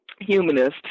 Humanist